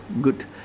good